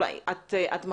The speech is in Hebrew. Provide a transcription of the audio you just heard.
ארצית בנושא הזה.